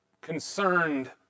concerned